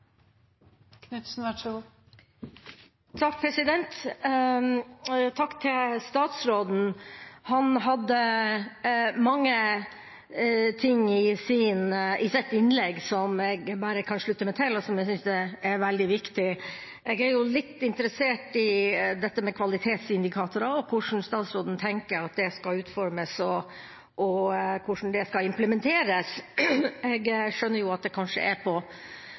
Takk til statsråden. Han hadde mange ting i sitt innlegg som jeg kan slutte meg til, og som jeg synes er veldig viktig. Jeg er litt interessert i dette med kvalitetsindikatorer og hvordan statsråden tenker at disse skal utformes og implementeres. Jeg skjønner at de kanskje er under utarbeidelse, og at han ikke kan svare fullt og helt på det. Men jeg synes at det er